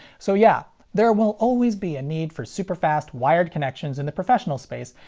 so yeah. there will always be a need for super-fast wired connections in the professional space,